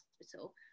hospital